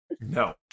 no